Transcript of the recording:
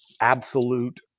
absolute